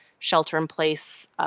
shelter-in-place